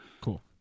Cool